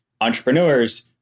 entrepreneurs